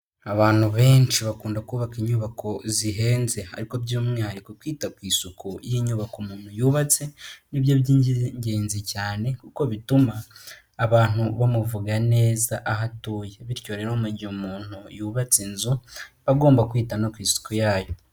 Abantu benshi bakunda kubaka inyubako zihenze, ariko by'umwihariko kwita ku isuku y'inyubako umuntu yubatse nibyo by'iningenzi cyane, kuko bituma abantu bamuvuga neza aho atuye, bityo rero mu gihe umuntu yubatse inzu agomba kwita no ku isuku yayo.